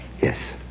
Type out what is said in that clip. Yes